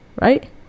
right